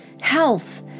health